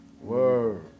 word